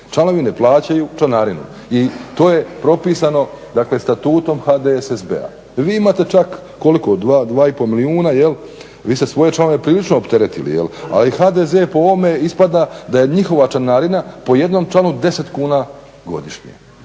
Članovi ne plaćaju članarinu i to je propisano Statutom HDSSB-a. Vi imate čak koliko? 2 2,5 milijuna vi ste svoje članove prilično opteretili a i HDZ po ovome ispada da je njihova članarina po jednom članu 10 kuna godišnje,